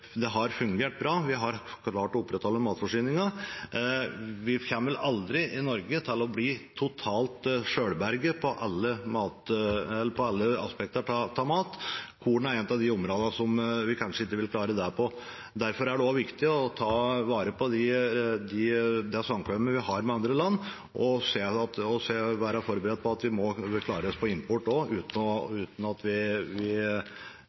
Norge til å bli totalt selvberget når det gjelder alle aspekter av mat. Korn er et av de områdene som vi kanskje ikke vil klare det på. Derfor er det viktig å ta vare på det samkvemmet vi har med andre land, og være forberedt på at vi må klare oss med import, og ikke vil klare å produsere det vi